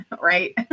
right